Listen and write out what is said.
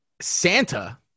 Santa